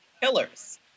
killers